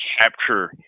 capture